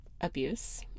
abuse